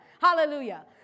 Hallelujah